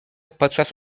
podczas